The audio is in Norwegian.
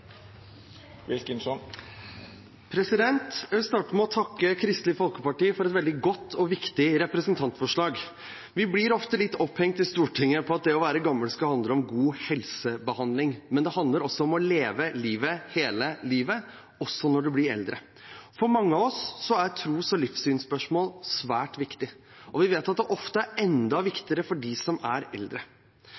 Jeg vil starte med å takke Kristelig Folkeparti for et veldig godt og viktig representantforslag. Vi i Stortinget blir ofte litt opphengt i at det å være gammel handler om god helsebehandling. Men det handler også om å leve livet hele livet, også når en blir eldre. For mange av oss er tros- og livssynsspørsmål svært viktig, og vi vet at det ofte er enda